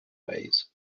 ways